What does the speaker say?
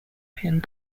pin